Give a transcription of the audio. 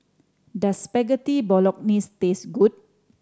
does Spaghetti Bolognese taste good